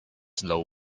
slow